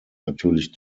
natürlich